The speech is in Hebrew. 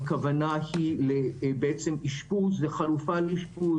הכוונה היא בעצם לאשפוז וחלופה לאשפוז.